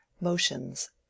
motions